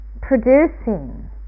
producing